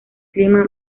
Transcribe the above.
clima